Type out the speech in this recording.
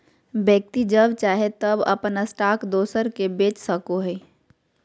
व्यक्ति जब चाहे तब अपन स्टॉक दोसर के बेच सको हइ